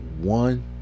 one